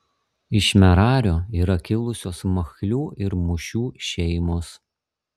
iš merario yra kilusios machlių ir mušių šeimos